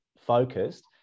focused